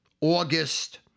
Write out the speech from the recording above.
August